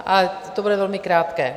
Ale to bude velmi krátké.